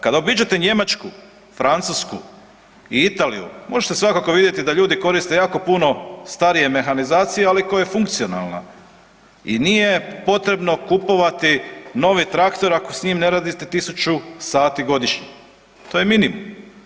Kad obiđete Njemačku, Francusku i Italiju možete svakako vidjeti da ljudi koriste jako starije mehanizacije ali koja je funkcionalna i nije potrebno kupovati novi traktor ako s njim ne radite 1000 sati godišnje, to je minimum.